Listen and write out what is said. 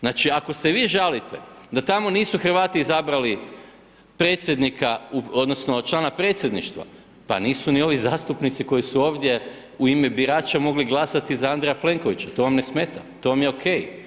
Znači, ako se vi žalite da tamo nisu Hrvati izabrali predsjednika odnosno člana predsjedništva, pa nisu ni ovi zastupnici koji su ovdje u ime birača mogli glasati za Andreja Plenkovića, to vam ne smeta, to vam je OK.